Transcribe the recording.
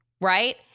right